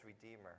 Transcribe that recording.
redeemer